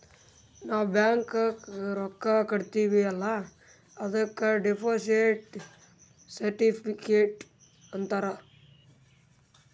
ನಾವ್ ಬ್ಯಾಂಕ್ಗ ರೊಕ್ಕಾ ಕಟ್ಟಿರ್ತಿವಿ ಅಲ್ಲ ಅದುಕ್ ಡೆಪೋಸಿಟ್ ಸರ್ಟಿಫಿಕೇಟ್ ಅಂತಾರ್